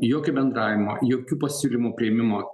jokio bendravimo jokių pasiūlymų priėmimo